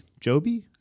Joby